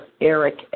Eric